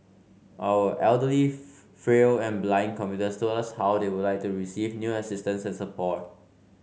our elderly frail and blind commuters told us how they would like to receive new assistance and support